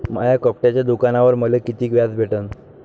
माया कपड्याच्या दुकानावर मले कितीक व्याज भेटन?